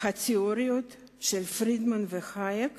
התיאוריות של פרידמן והייק